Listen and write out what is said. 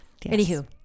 Anywho